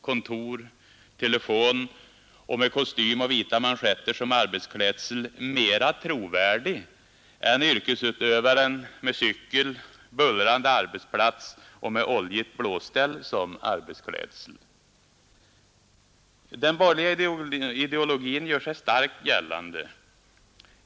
kontor och telefon och med kostym och vita manschetter som arbetsklädsel mera trovärdig än yrkesutövaren med cykel, med bullrande arbetsplats och med oljigt blåställ som arbetsklädsel? Den borgerliga ideologin gör sig starkt gällande.